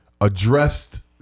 addressed